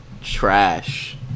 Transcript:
trash